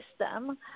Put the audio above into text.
system